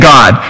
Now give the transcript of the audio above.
God